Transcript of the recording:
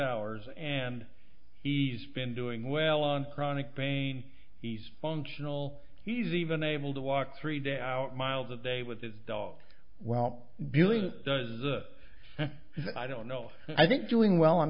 hours and he's been doing well on chronic pain he's functional he's even able to walk three day out miles a day with his dog well billy does it i don't know i think doing well on